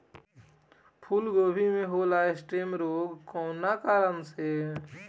फूलगोभी में होला स्टेम रोग कौना कारण से?